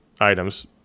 items